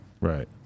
Right